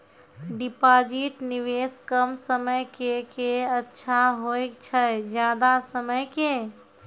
Deposit निवेश कम समय के के अच्छा होय छै ज्यादा समय के?